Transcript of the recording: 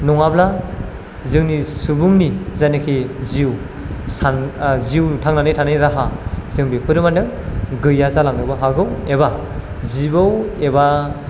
नङाब्ला जोंनि सुबुंनि जायनाखि जिउ सान जिउ थांनानै थानायनि राहा जों बेफोरो मा होनदों गैया जालांनोबो हागौ एबा जिबौ एबा